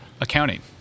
Accounting